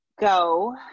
go